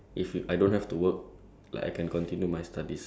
uh as a student if I continue to study